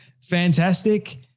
Fantastic